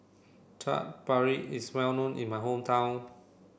Chaat Papri is well known in my hometown